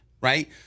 right